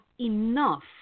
enough